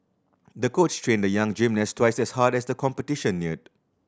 the coach trained the young gymnast twice as hard as the competition neared